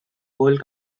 whole